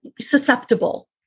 susceptible